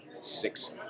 six